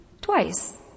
twice